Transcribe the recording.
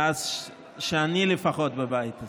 מאז שאני לפחות בבית הזה.